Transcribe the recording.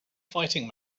fighting